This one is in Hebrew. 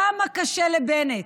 כמה קשה לבנט,